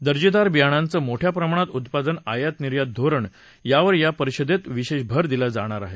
दर्जेदार बियाणांचं मोठ्या प्रमाणात उत्पादन आयात निर्यात धोरण यावर या परिषदेत विशेष भर दिला जाणार आहे